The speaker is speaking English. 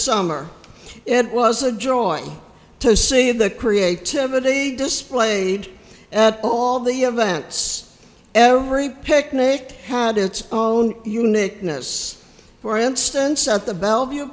summer it was a joy to see the creativity displayed all the events every picnic had its own uniqueness for instance at the bellevue